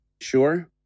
Sure